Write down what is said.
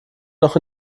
noch